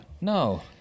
No